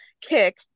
kick